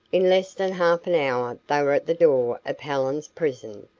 in less than half an hour they were at the door of helen's prison,